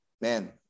Man